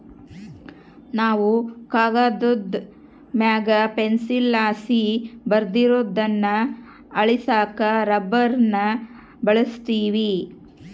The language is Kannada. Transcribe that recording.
ನಾವು ಕಾಗದುದ್ ಮ್ಯಾಗ ಪೆನ್ಸಿಲ್ಲಾಸಿ ಬರ್ದಿರೋದ್ನ ಅಳಿಸಾಕ ರಬ್ಬರ್ನ ಬಳುಸ್ತೀವಿ